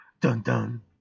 Dun-dun